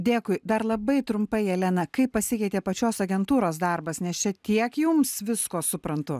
dėkui dar labai trumpai jelena kaip pasikeitė pačios agentūros darbas nes čia tiek jums visko suprantu